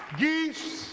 geese